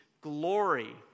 glory